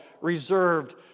reserved